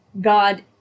God